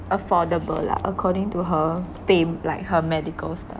affordable lah according to her pain like her medical stuff